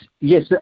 Yes